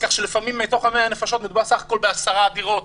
כך שלפעמים מתוך ה-100 נפשות מדובר בסך הכול בעשר דירות